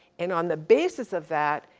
and on the basis of that,